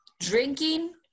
Drinking